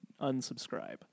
unsubscribe